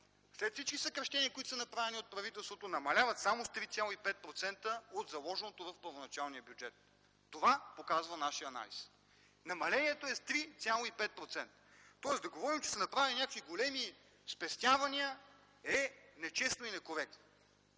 след всички направени съкращения от правителството намаляват само с 3,5% от заложеното в първоначалния бюджет – това показва нашият анализ – намаление с 3,5%. Тоест да говорим, че са направени големи спестявания, е нечестно и некоректно.